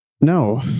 No